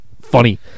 funny